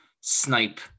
snipe